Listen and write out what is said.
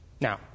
Now